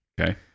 Okay